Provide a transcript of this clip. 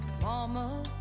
Mama